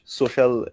social